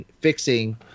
fixing